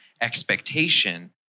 expectation